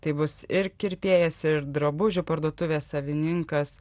tai bus ir kirpėjas ir drabužių parduotuvės savininkas